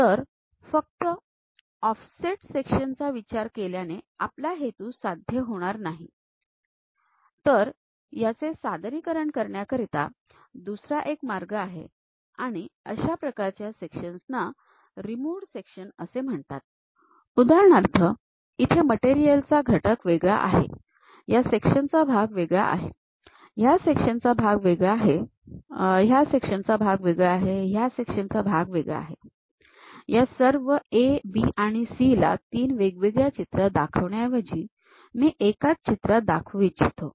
तर फक्त offset section चा विचार केल्याने आपला हेतू साध्य होणार नाही तर याचे सादरीकरण करण्याकरिता दुसरा एक मार्ग आहे आणि अशा प्रकारच्या सेक्शन्स ना रिमूव्हड सेक्शन्स असे म्हणतात उदाहरणार्थ इथे मटेरियल चा घटक वेगळा आहे ह्या सेक्शन चा भाग वेगळा आहे ह्या सेक्शन चा भाग वेगळा आहे ह्या सेक्शन चा भाग वेगळा आहे ह्या सेक्शन चा भाग वेगळा आहे या सर्व A B आणि C ला तीन वेगवेगळ्या चित्रांत दाखवण्याऐवजी मी एकाच चित्रामध्ये दाखवू इच्छितो